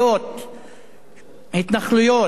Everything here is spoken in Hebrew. התנחלויות מעבר ל"קו הירוק",